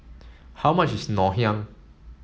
how much is Ngoh Hiang